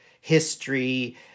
history